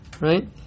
right